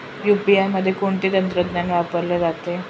UPI मध्ये कोणते तंत्रज्ञान वापरले जाते?